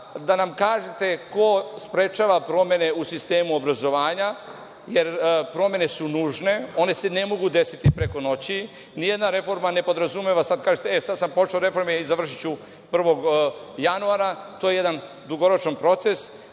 da nam kaže ko sprečava promene u sistemu obrazovanja, jer promene su nužne. One se ne mogu desiti preko noći. Ni jedna reforma ne podrazumeva da kažete – e, sada sam počeo reforme i završiću 1. januara. To je jedan dugoročan proces.